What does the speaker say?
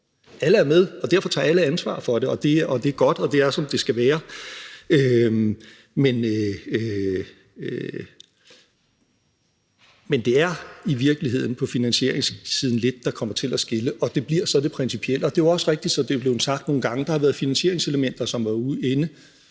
Alle er med, og derfor tager alle ansvar for det, og det er godt, og det er, som det skal være; men det er i virkeligheden på finansieringssiden lidt, der kommer til at skille, og det bliver så det principielle. Det er jo også rigtigt, som det er blevet sagt nogle gange, at der har været finansieringselementer, som var inde